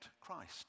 Christ